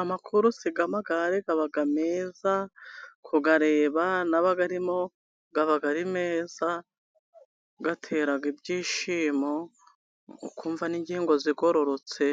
Amakuruse y'amagare aba meza kuyareba, nabayarimo aba ari meza, atera ibyishimo, ukumva n'ingingo zigororotse,